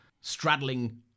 straddling